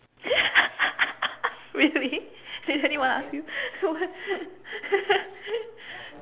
really did anyone ask you what